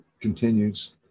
continues